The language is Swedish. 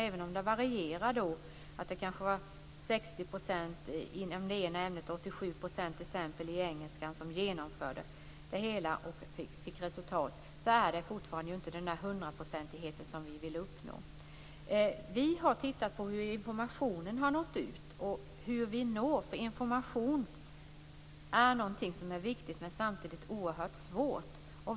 Även om det varierar och det kanske var 60 % av eleverna i ett ämne och 87 % i t.ex. engelska som genomförde det hela och fick resultat är det ju fortfarande inte den hundraprocentiga nivå som vi vill uppnå. Vi har tittat på hur informationen har nått ut. Information är något som är viktigt men samtidigt oerhört svårt.